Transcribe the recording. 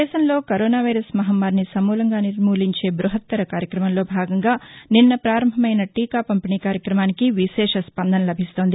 దేశంలో corona virus మహమ్మారిని సమూలంగా నిర్మూలించే బ్బహత్తర కార్యక్రమంలో భాగంగా నిన్న ప్రారంభమైన రెండవ దశ టీకా పంపిణీ కార్యక్రమానికి విశేష స్పందన లభిస్తోంది